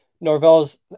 Norvell's